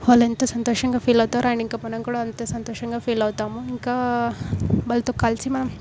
వాళ్ళు ఎంత సంతోషంగా ఫీల్ అవుతారో అండ్ మనం కూడా అంతే సంతోషంగా ఫీల్ అవుతాము ఇంకా వాళ్ళతో కలిసి మనం